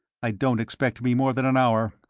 i don't expect to be more than an hour.